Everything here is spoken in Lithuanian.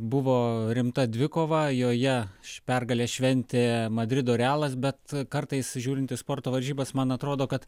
buvo rimta dvikova joje pergalę šventė madrido realas bet kartais žiūrint į sporto varžybas man atrodo kad